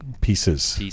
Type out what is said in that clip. pieces